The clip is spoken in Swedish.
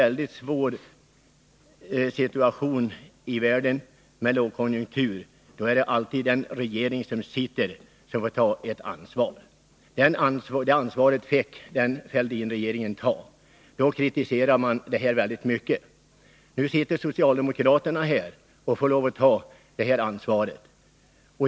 När vi har en svår situation med lågkonjunktur i världen, då får alltid den sittande regeringen ta ett ansvar. Det ansvaret fick också Fälldinregeringen ta. Då kritiserade socialdemokraterna hårt den politik som fördes. Nu sitter de i regeringen och får lov att ta ansvaret.